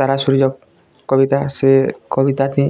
ତାରା ସୂର୍ଯ୍ୟ କବିତା ସେ କବିତାଟି